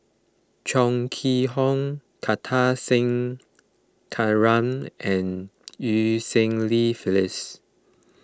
Chong Kee Hiong Kartar Singh Thakral and Eu Cheng Li Phyllis